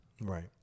Right